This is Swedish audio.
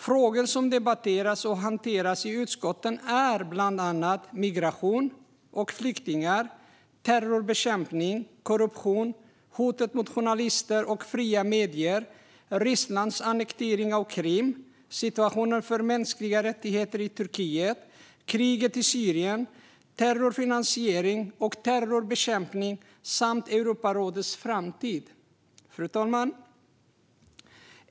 Frågor som debatterats och hanterats i utskotten är bland annat migration och flyktingar, terrorbekämpning, korruption, hotet mot journalister och fria medier, Rysslands annektering av Krim, situationen för mänskliga rättigheter i Turkiet, kriget i Syrien, terrorfinansiering och terrorbekämpning samt Europarådets framtid. Fru talman!